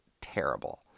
terrible